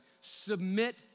submit